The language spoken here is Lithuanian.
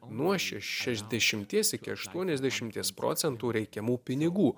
nuo šešiasdešimties iki aštuoniasdešimties procentū reikiamų pinigų